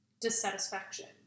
dissatisfaction